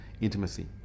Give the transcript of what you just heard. intimacy